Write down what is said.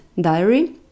diary